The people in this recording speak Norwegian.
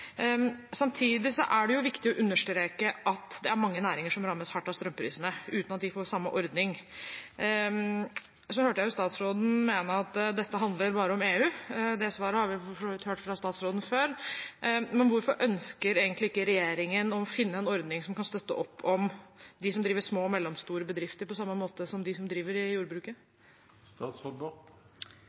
er det viktig å understreke at det er mange næringer som rammes hardt av strømprisene uten at de får samme ordning. Jeg hørte statsråden mene at dette bare handler om EU. Det svaret har vi for så vidt hørt fra statsråden før, men hvorfor ønsker ikke regjeringen å finne en ordning som kan støtte opp om de som driver små og mellomstore bedrifter, på samme måte som de som driver med jordbruk? Først må jeg si at det er bra at Høyre deltar i